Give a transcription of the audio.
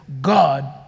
God